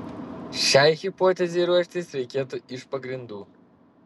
šiai hipotezei ruoštis reikėtų iš pagrindų